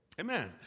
Amen